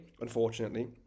unfortunately